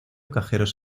cajeros